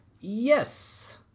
Yes